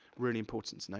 really important to know